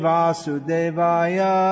Vasudevaya